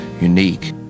unique